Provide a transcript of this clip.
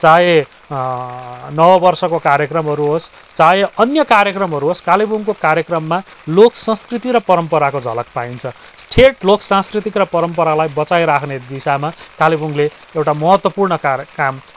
चाहे नववर्षको कार्यक्रमहरू होस् चाहे अन्य कार्यक्रमहरू होस् कालेबुङको कार्यक्रममा लोक संस्कृति र परम्पराको झलक पाइन्छ ठेट लोक सांस्कृतिक र परम्परालाई बचाइराख्ने दिशामा कालेबुङले एउटा महत्त्वपूर्ण कार्य काम